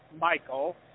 Michael